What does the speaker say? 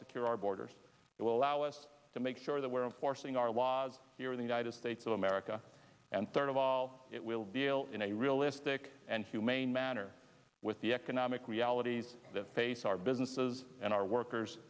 secure our borders that will allow us to make sure that we're in forcing our laws here in the united states of america and third of all it will deal in a realistic and humane manner with the economic realities that face our businesses and our workers